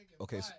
okay